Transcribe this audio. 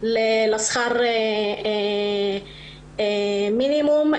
לשכר מינימום.